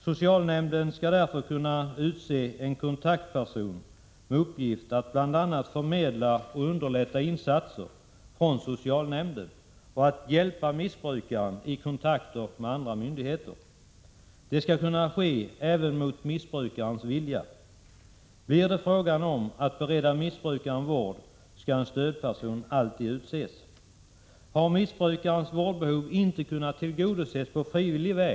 Socialnämnden skall därför kunna utse en kontaktperson med uppgift bl.a. att förmedla och underlätta insatser från socialnämnden och att hjälpa missbrukaren i kontakter med andra myndigheter. Det skall kunna ske även mot missbrukarens vilja. Blir det fråga om att bereda missbrukaren vård, skall en stödperson alltid utses. Har missbrukarens vårdbehov inte kunnat tillgodoses på frivillig väg — Prot.